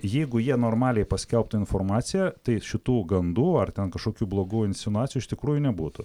jeigu jie normaliai paskelbtų informaciją tai šitų gandų ar ten kažkokių blogų insinuacijų iš tikrųjų nebūtų